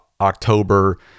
October